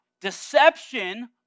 Deception